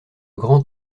grand